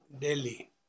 Delhi